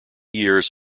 years